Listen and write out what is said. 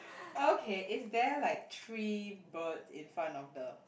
okay is there like three birds in front of the